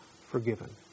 forgiven